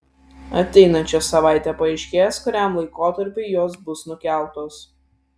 ateinančią savaitę paaiškės kuriam laikotarpiui jos bus nukeltos